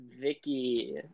Vicky